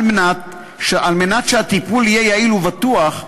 על מנת שהטיפול יהיה יעיל ובטוח,